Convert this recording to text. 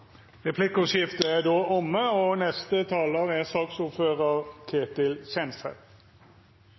Replikkordskiftet er omme. Neste taler er